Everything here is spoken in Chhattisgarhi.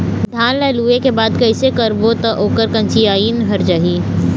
धान ला लुए के बाद कइसे करबो त ओकर कंचीयायिन हर जाही?